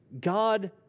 God